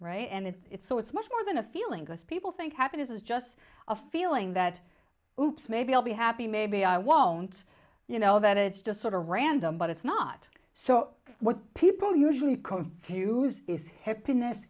right and it's so it's much more than a feeling because people think happiness is just a feeling that hoops maybe i'll be happy maybe i won't you know that it's just sort of random but it's not so what people usually confuse is happiness